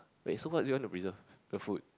wait so what do you want to preserve the food